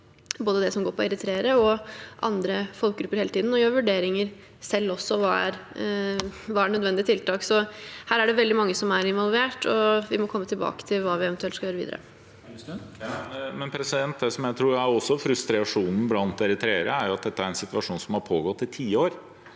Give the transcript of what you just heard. på det som går på både eritreere og andre folkegrupper, og gjør vurderinger selv av hva som er nødvendige tiltak. Så her det veldig mange som er involvert, og vi må komme tilbake til hva vi eventuelt skal gjøre videre. Ola Elvestuen (V) Jeg tror også at frustra- sjonen blant eritreere er at dette er en situasjon som har pågått i tiår.